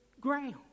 ground